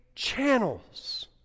Channels